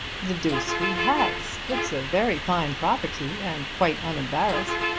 the deuce he has! it's a very fine property and quite unembarrassed.